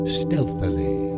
stealthily